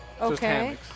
okay